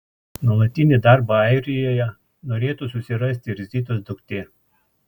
nuolatinį darbą airijoje norėtų susirasti ir zitos duktė